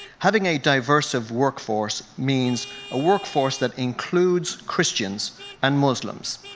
having a diversive workforce means a workforce that includes christians and muslims,